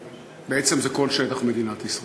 ובעצם זה בכל שטח מדינת ישראל.